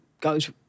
goes